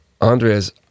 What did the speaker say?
Andres